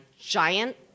giant